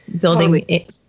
building